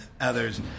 others